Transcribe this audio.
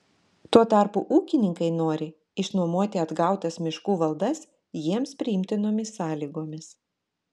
tuo tarpu ūkininkai nori išnuomoti atgautas miškų valdas jiems priimtinomis sąlygomis